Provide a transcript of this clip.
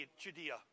Judea